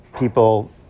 People